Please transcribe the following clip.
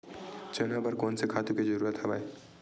चना बर कोन से खातु के जरूरत हवय?